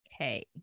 Okay